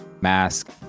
mask